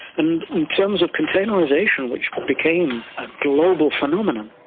and in terms of containerisation, which became a global phenomenon,